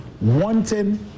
wanting